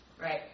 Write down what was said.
right